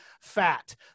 fat